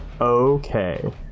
Okay